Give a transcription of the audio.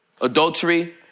Adultery